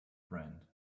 friend